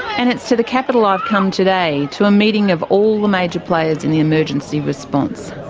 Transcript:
and it's to the capital i've come today, to a meeting of all the major players in the emergency response.